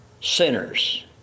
sinners